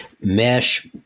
mesh